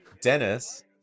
Dennis